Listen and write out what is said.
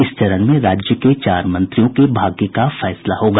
इस चरण में राज्य के चार मंत्रियों के भाग्य का फैसला होगा